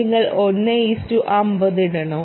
നിങ്ങൾ 150 ഇടണോ